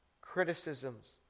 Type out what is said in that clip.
criticisms